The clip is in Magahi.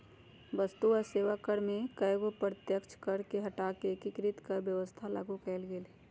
वस्तु आ सेवा कर में कयगो अप्रत्यक्ष कर के हटा कऽ एकीकृत कर व्यवस्था लागू कयल गेल हई